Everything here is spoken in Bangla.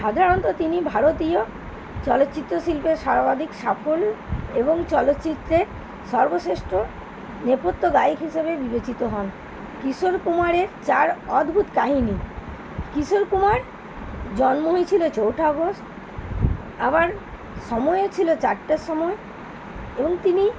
সাধারণত তিনি ভারতীয় চলচ্চিত্র শিল্পের সর্বাধিক সফল এবং চলচ্চিত্রের সর্বশ্রেষ্ঠ নেপথ্য গায়িক হিসাবে বিবেচিত হন কিশোর কুমারের চার অদ্ভূত কাহিনি কিশোর কুমার জন্ম হয়েছিল চৌঠা আগস্ট আবার সময়ও ছিল চারটের সময় এবং তিনি